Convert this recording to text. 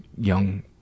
young